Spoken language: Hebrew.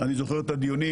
אני זוכר את הדיונים,